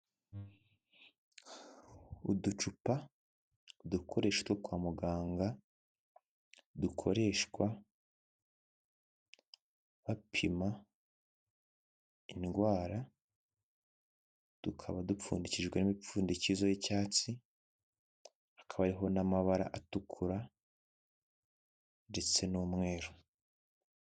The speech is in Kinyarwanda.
Uducupa udukoresho two kwa muganga dukoreshwa bapima indwara tukaba dupfundikijwe n'imipfundikizo y'icyatsi hakaba hariho n'amabara atukura ndetse n'umweru.